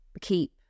keep